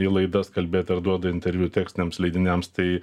į laidas kalbėt ar duoda interviu tekstiniams leidiniams tai